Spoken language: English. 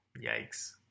Yikes